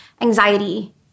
anxiety